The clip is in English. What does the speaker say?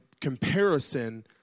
comparison